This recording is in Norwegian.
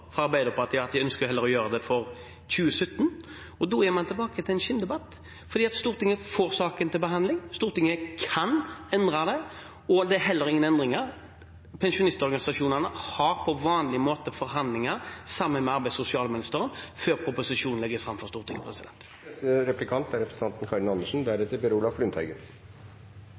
fra Arbeiderpartiet om at de ønsker å gjøre det for 2017 heller. Og da er man tilbake til en skinndebatt, for Stortinget får saken til behandling, Stortinget kan endre det, og det er heller ingen endringer. Pensjonistorganisasjonene har på vanlig måte forhandlinger sammen med arbeids- og sosialministeren før proposisjonen legges fram for Stortinget. Det er smått kuriøst når representanten